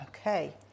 Okay